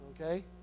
okay